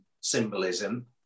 symbolism